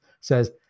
says